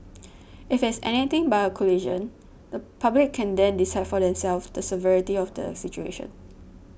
if it is anything but a collision the public can then decide for themselves the severity of the situation